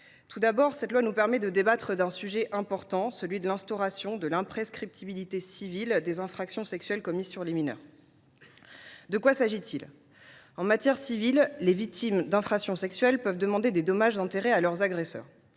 Tout d’abord, elle nous permet de débattre d’un sujet important : l’instauration de l’imprescriptibilité civile des infractions sexuelles commises sur les mineurs. De quoi s’agit il ? En matière civile, les victimes d’infractions sexuelles peuvent demander des dommages intérêts à leur agresseur.